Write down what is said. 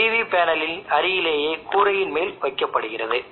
இப்போது இந்த செல்லை நான் ஒரு ஷார்ட் சர்க்யூட் ஆக செய்ய போகிறேன்